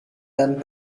dan